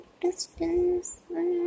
distance